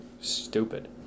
Stupid